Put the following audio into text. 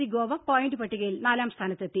C Goa point പട്ടികയിൽ നാലാം സ്ഥാനത്തെത്തി